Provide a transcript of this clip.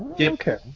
Okay